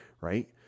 right